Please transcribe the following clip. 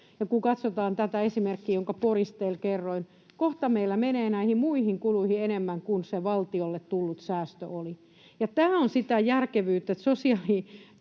kun katsotaan tätä esimerkkiä, jonka Porista teille kerroin, kohta meillä menee näihin muihin kuluihin enemmän kuin se valtiolle tullut säästö oli. Tämä on sitä järkevyyttä,